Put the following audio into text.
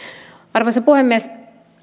arvoisa puhemies